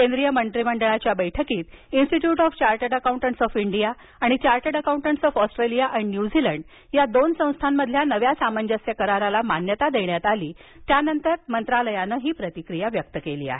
केंद्रीय मंत्रिमंडळाच्या आजच्या बैठकीत institute of chartered accountants of India आणि chartered accountants of Australia and New Zealand या दोन संस्थांमधील नव्या सामंजस्य करारालाही मान्यता देण्यात आली त्यानंतर मंत्रालयानं हि प्रतिक्रिया व्यक्त केली आहे